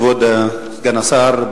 כבוד סגן השר,